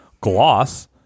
Gloss